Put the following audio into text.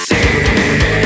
See